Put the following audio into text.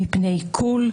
מפני עיקול,